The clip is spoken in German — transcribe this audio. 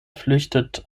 flüchtet